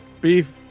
Beef